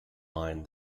line